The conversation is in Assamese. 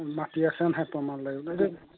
মাটি আছে নাই প্ৰমাণ